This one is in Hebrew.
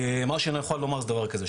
מה שאני יכול לומר זה דבר כזה,